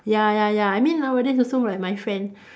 ya ya ya I mean nowadays also like my friend